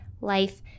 life